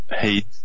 hate